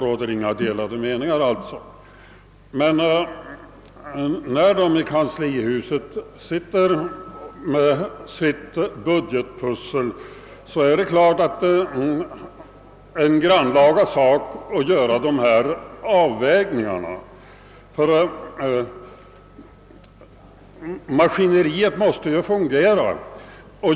Men när man i kanslihuset arbetar med sitt budgetpussel är det givetvis en grannlaga sak att göra avvägningar. Samhällsmaskineriet måste ju fungera.